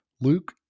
Luke